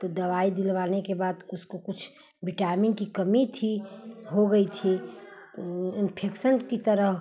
तो दवाई दिलवाने के बाद उसको कुछ विटामिन की कमी थी हो गई थी तो इन्फेक्शन की तरह